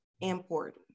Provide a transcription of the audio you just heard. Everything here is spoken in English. important